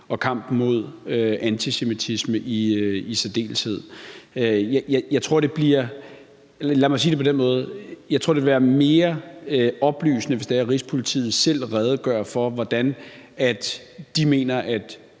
og kampen mod antisemitisme i særdeleshed. Lad mig sige det på den måde: Jeg tror, det vil være mere oplysende, hvis Rigspolitiet selv redegør for, hvordan de mener at